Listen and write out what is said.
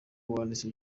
wanditse